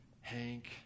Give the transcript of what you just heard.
Hank